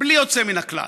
בלי יוצא מן הכלל.